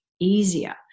Easier